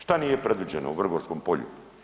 Što nije predviđeno u Vrgorskom polju?